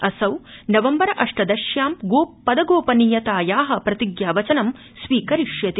असौ नवम्बर अष्टदश्यां पदगोप नीयतायाया प्रतिज्ञावचनं स्वीकरिष्यति